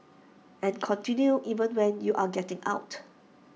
and continues even when you're getting out